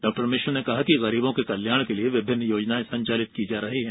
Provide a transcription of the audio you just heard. डॉ मिश्र ने कहा कि गरीबों के कल्याण के लिये विभिन्न योजनाएं संचालित की जा रही है